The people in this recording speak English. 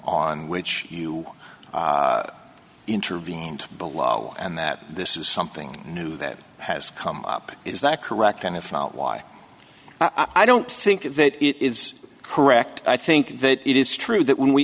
on which you intervened below and that this is something new that has come up is that correct kind of why i don't think that it is correct i think that it is true that when we